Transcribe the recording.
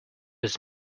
was